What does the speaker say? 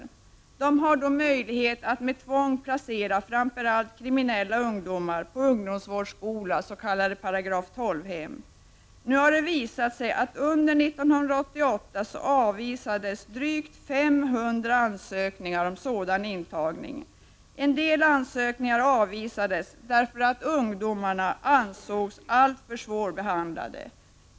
De sociala myndigheterna har då möjlighet att med tvång placera framför allt kriminella ungdomar på ungdomsvårdsskola, s.k. § 12-hem. Nu har det visat sig att drygt 500 ansökningar om sådan intagning avvisades under 1988. En del ansökningar avvisades därför att ungdomarna ansågs alltför svårbehandlade.